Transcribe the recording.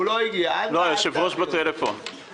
אני